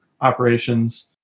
operations